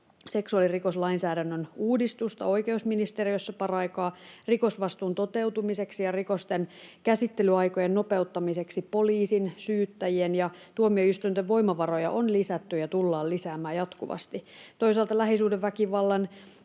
seksuaalirikoslainsäädännön uudistusta oikeusministeriössä paraikaa rikosvastuun toteutumiseksi ja rikosten käsittelyaikojen nopeuttamiseksi. Poliisin, syyttäjien ja tuomioistuinten voimavaroja on lisätty ja tullaan lisäämään jatkuvasti. Toisaalta lähisuhdeväkivallan,